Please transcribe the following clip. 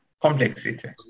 complexity